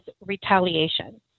retaliation